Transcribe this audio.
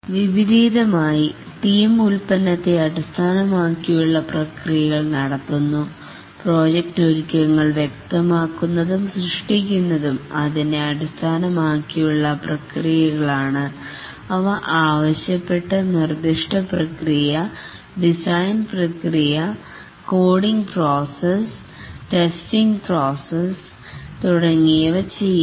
വിപരീതമായി ടീം ഉൽപ്പന്നത്തെ അടിസ്ഥാനമാക്കിയുള്ള പ്രക്രിയകൾ നടത്തുന്നു പ്രോജക്ട് ഒരുക്കങ്ങൾ വ്യക്തമാക്കുന്നതും സൃഷ്ടിക്കുന്നതും അതിനെ അടിസ്ഥാനമാക്കിയുള്ള പ്രക്രിയകളാണ് അവ ആവശ്യപ്പെട്ട് നിർദ്ദിഷ്ട പ്രക്രിയ design process coding process testing process തുടങ്ങിയവ ചെയ്യാം